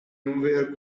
nowhere